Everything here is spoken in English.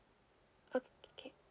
okay